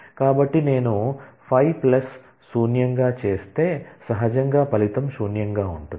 కాబట్టి నేను 5 ప్లస్ శూన్యంగా చేస్తే సహజంగా ఫలితం శూన్యంగా ఉంటుంది